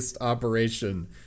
operation